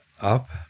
up